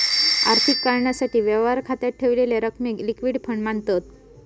आर्थिक कारणासाठी, व्यवहार खात्यात ठेवलेल्या रकमेक लिक्विड फंड मांनतत